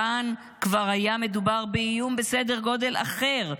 כאן כבר היה מדובר באיום בסדר גודל אחר,